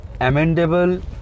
amendable